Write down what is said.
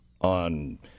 on